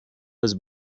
was